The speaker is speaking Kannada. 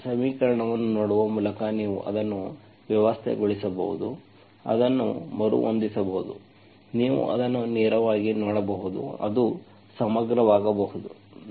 ಕೆಲವೊಮ್ಮೆ ಸಮೀಕರಣವನ್ನು ನೋಡುವ ಮೂಲಕ ನೀವು ಅದನ್ನು ವ್ಯವಸ್ಥೆಗೊಳಿಸಬಹುದು ಅದನ್ನು ಮರುಹೊಂದಿಸಬಹುದು ನೀವು ಅದನ್ನು ನೇರವಾಗಿ ನೋಡಬಹುದು ಅದು ಸಮಗ್ರವಾಗಬಹುದು